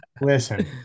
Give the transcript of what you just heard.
Listen